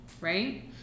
right